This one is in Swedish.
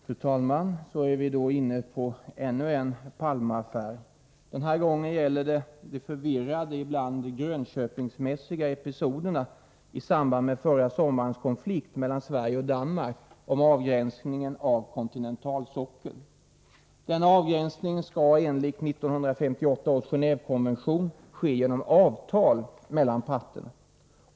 Fru talman! Så är vi då inne på ännu en Palme-affär. Denna gång gäller det Onsdagen den de förvirrade, ibland Grönköpingsmässiga episoderna i samband med förra 23 maj 1984 sommarens konflikt mellan Sverige och Danmark om avgränsningen av kontinentalsockeln. Denna avgränsning skall enligt 1958 års Gen&vekonvention ske genom avtal mellan parterna.